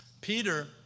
Peter